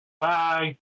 Bye